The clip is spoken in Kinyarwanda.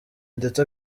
ndetse